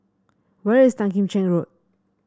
where is Tan Kim Cheng Road